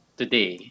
today